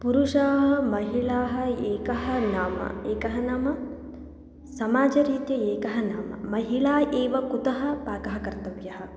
पुरुषाः महिला एकः नाम एकः नाम समाजरीत्या एकः नाम महिला एव कुतः पाकं कर्तव्या